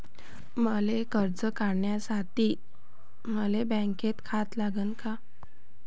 कर्ज काढासाठी मले बँकेत खातं लागन का?